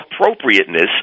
appropriateness